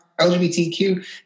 LGBTQ